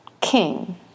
king